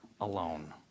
alone